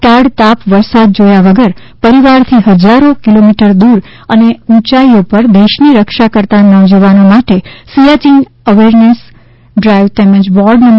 ટાઢ તાપ વરસાદ જોયા વગર પરિવારથી હજારો કીલોમીટર દુર અને ઉંચાઇઓ પર દેશની રક્ષા કરતા નૌજવાનો માટે સીયાચીન અવરનેશ ડ્રાઇવ તેમજ વોર્ડ નં